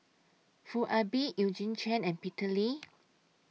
Foo Ah Bee Eugene Chen and Peter Lee